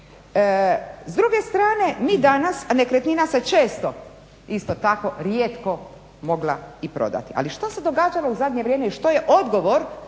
S druge strane mi danas, a nekretnina se često isto tako rijetko mogla i prodati, ali što se događalo u zadnje vrijeme i što je odgovor